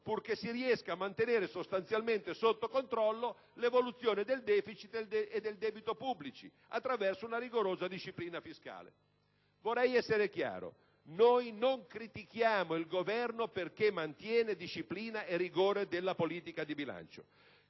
purché si riesca a mantenere sostanzialmente sotto controllo l'evoluzione del deficit e del debito pubblico attraverso una rigorosa disciplina fiscale. Vorrei essere chiaro: noi non critichiamo il Governo perché mantiene disciplina e rigore della politica di bilancio;